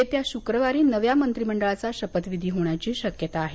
येत्या शुक्रवारी नव्या मंत्रीमंडळाचा शपथविधी होण्याची शक्यता आहे